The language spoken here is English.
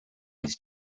his